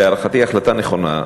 להערכתי החלטה נכונה,